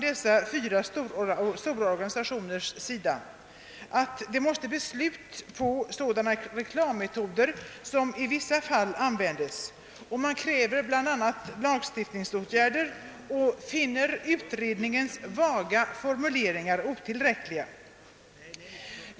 Dessa fyra organisationer hävdar, att det måste bli slut på de reklammetoder som i vissa fall användes, och man kräver bl a. lagstiftningsåtgärder och finner utredningens vaga formuleringar otillräckliga.